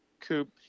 Coop